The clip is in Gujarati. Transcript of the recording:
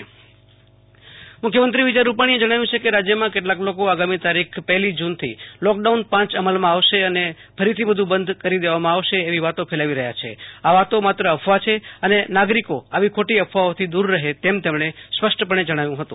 આશતોષ અંતાણી મુખ્યમંત્રી વિજય રૂપાણી મુખ્યમંત્રી વિજય રૂપાણીએ જણાવ્યું છે કે રાજ્યમાં કેટલાક લોકો આગામી તારીખ પહેલી જૂનથી લોકડાઉન પાંચ અમલમાં આવશે અને ફરીથી બધુ બંધ કરી દેવામાં આવશે એવી વાતો ફેલાવી રહ્યા છે આ વાતો માત્ર અફવા છે અને નાગરિકો આવી ખોટી અફવાઓથી દુર રહે તેમ તેમણે સ્પષ્ટપણે જણાવ્યું હતું